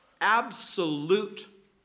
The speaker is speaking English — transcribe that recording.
absolute